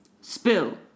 spill